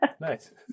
Nice